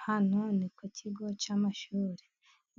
Hno ni ku kigo cy'amashuri.